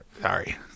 sorry